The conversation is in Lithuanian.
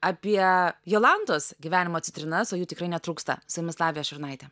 apie jolantos gyvenimo citrinas o jų tikrai netrūksta su jumis lavija šurnaitė